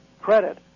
credit